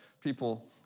people